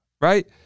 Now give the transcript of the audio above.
right